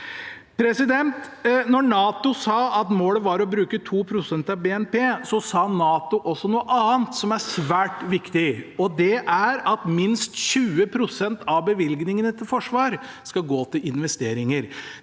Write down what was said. Da NATO sa at målet var å bruke 2 pst. av BNP, sa NATO også noe annet som er svært viktig. Det er at minst 20 pst. av bevilgningene til forsvar skal gå til investeringer.